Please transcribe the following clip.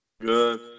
Good